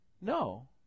No